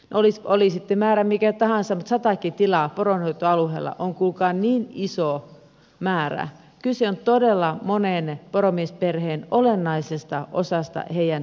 oli sitten määrä mikä tahansa mutta satakin tilaa poronhoitoalueella on kuulkaa niin iso määrä että kyse on todella monen poromiesperheen olennaisesta osasta heidän tulojansa